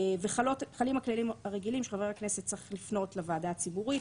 וחלים הכללים הרגילים שחבר הכנסת צריך לפנות לוועדה הציבורית,